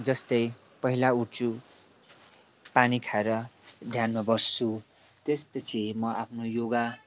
जस्तै पहिला उठ्छु पानी खाएर ध्यानमा बस्छु त्यसपछि म आफ्नो योगा